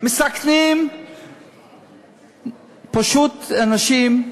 מסַכנים פשוט אנשים.